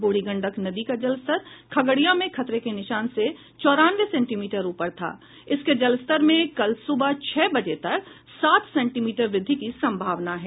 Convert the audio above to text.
बूढ़ी गंडक नदी का जलस्तर खगड़िया में खतरे के निशान से चौरानवे सेंटीमीटर ऊपर था इसके जलस्तर में कल सुबह छह बजे तक सात सेंटीमीटर वृद्धि की संभावना है